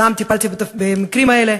גם טיפלתי במקרים האלה,